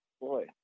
Boy